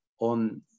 on